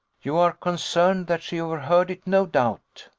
you are concerned that she overheard it, no doubt.